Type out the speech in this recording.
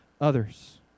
others